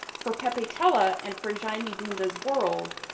for pepetela and for jaime bunda's world,